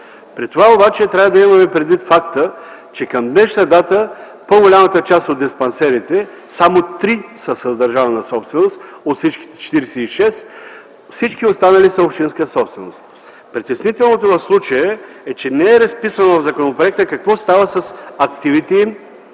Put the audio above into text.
При това обаче трябва да имаме предвид факта, че към днешна дата по-голямата част от диспансерите – само 3, са с държавна собственост от всички 46. Всички останали са общинска собственост. Притеснителното в случая е, че не е разписано в законопроекта какво става с активите им.